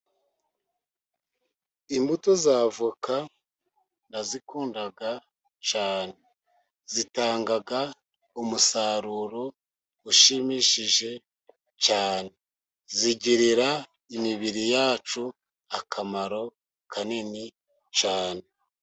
Imbuto za voka ndazikunda cyane, zitanga umusaruro ushimishije cyane, zigirira imibiri yacu akamaro kanini cyane.